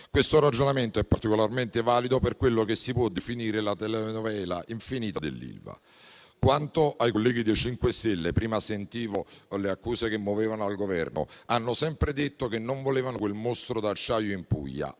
Questo ragionamento è particolarmente valido per quello che si può definire la telenovela infinita dell'IVA. Quanto ai colleghi del MoVimento 5 Stelle - prima sentivo le accuse mosse al Governo - hanno sempre detto che non volevano quel mostro d'acciaio in Puglia,